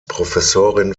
professorin